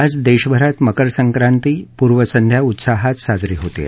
आज देशभरात मकर सक्रांती पूर्वसंध्या उत्साहात साजरी होत आहे